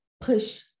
push